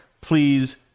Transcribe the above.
please